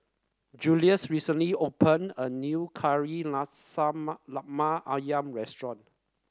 Jules recently opened a new Kari Lemak ayam restaurant